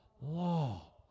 Law